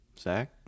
Zach